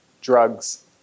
drugs